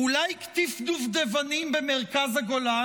אולי קטיף דובדבנים במרכז הגולן?